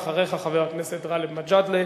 אחריך, חבר הכנסת גאלב מג'אדלה,